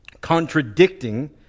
contradicting